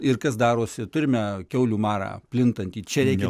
ir kas darosi turime kiaulių marą plintantį čia reikia